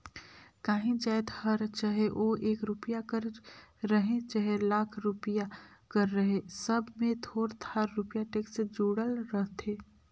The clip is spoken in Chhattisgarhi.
काहीं जाएत हर चहे ओ एक रूपिया कर रहें चहे लाख रूपिया कर रहे सब में थोर थार रूपिया टेक्स जुड़ल रहथे